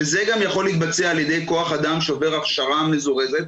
שזה יכול להתבצע גם על ידי כוח אדם שעובר הכשרה מזורזת.